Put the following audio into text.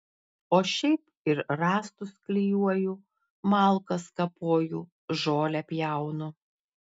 o šiaip ir rąstus klijuoju malkas kapoju žolę pjaunu